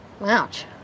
Ouch